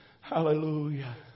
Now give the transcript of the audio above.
Hallelujah